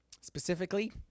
Specifically